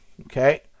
okay